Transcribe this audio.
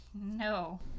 No